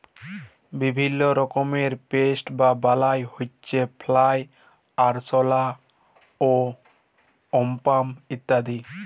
বিভিল্য রকমের পেস্ট বা বালাই হউচ্ছে ফ্লাই, আরশলা, ওয়াস্প ইত্যাদি